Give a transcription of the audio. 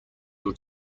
جور